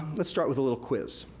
let's start with a little quiz.